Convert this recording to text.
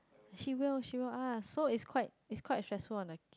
she will she will ask so it's quite it's quite stressful on the